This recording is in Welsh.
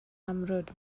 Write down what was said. amrwd